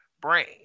brain